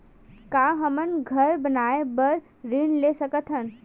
का हमन घर बनाए बार ऋण ले सकत हन?